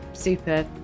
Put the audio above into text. super